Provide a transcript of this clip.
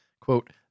quote